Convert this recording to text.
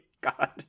god